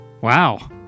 Wow